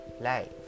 life